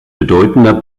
bedeutender